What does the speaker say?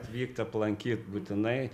atvykt aplankyt būtinai